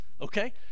okay